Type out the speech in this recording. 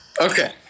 Okay